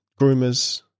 groomers